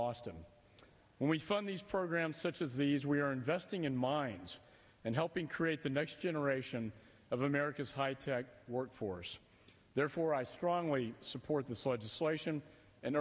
austin when we fund these programs such as these we are investing in mines and helping create the next generation of america's high tech workforce therefore i strongly support this legislation and